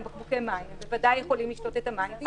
בקבוקי מים בוודאי יכולים לשתות את המים.